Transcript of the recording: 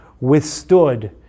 withstood